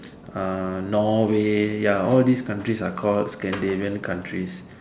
ah Norway ya all these countries are called Scandinavian countries